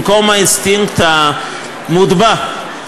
במקום האינסטינקט המוטבע,